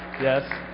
Yes